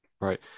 right